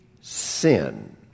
sin